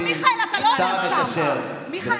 גם על ההצעה הזו ישיב השר המקשר בין הממשלה